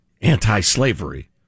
anti-slavery